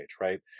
right